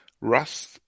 Rust